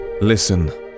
listen